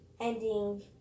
ending